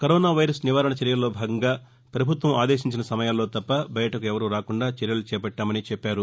corona virus నివారణ చర్యల్లో భాగంగా ప్రభుత్వం ఆదేశించిన సమయాల్లో తప్ప బయటకు ఎవరూ రాకుండా చర్యలు చేపట్లామని చెప్పారు